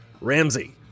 Ramsey